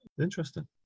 Interesting